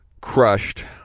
crushed